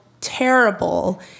terrible